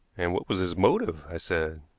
and what was his motive? i said.